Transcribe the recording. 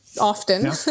often